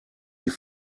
die